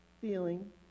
feeling